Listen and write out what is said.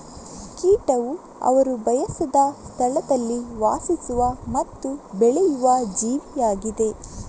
ಕೀಟವು ಅವರು ಬಯಸದ ಸ್ಥಳದಲ್ಲಿ ವಾಸಿಸುವ ಮತ್ತು ಬೆಳೆಯುವ ಜೀವಿಯಾಗಿದೆ